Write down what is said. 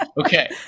Okay